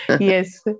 Yes